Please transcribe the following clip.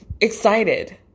excited